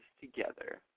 together